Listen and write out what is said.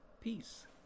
Peace